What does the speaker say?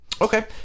Okay